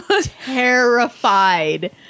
terrified